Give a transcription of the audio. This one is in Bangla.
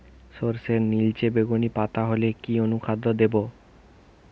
সরর্ষের নিলচে বেগুনি পাতা হলে কি অনুখাদ্য দেবো?